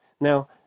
Now